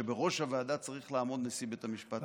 שבראש הוועדה צריך לעמוד נשיא בית המשפט העליון.